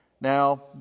Now